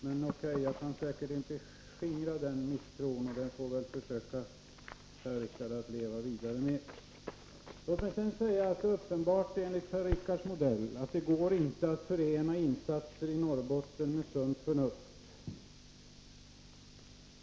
Men jag kan säkerligen inte nu skingra denna misstro, utan får försöka leva vidare med den. Låt mig sedan säga att det är uppenbart att enligt Per-Richard Moléns modell går det inte att förena insatser i Norrbotten med sunt förnuft.